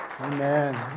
Amen